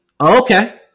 Okay